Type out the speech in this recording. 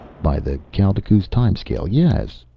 by the kaldekooz time-scale, yes,